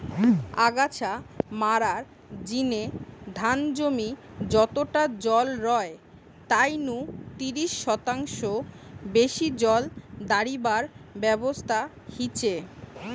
আগাছা মারার জিনে ধান জমি যতটা জল রয় তাই নু তিরিশ শতাংশ বেশি জল দাড়িবার ব্যবস্থা হিচে